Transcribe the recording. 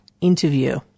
interview